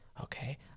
okay